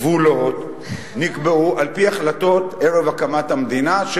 חלק מהגבולות נקבעו על-פי החלטות ערב הקמת המדינה,